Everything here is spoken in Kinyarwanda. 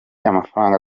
amafaranga